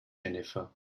jennifer